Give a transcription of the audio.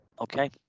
okay